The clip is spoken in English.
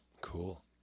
Cool